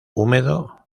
húmedo